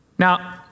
Now